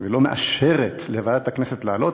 ולא מאשר לוועדת הכנסת לעלות.